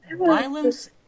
violence